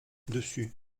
dessus